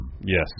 Yes